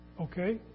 Okay